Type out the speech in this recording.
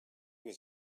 was